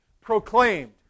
proclaimed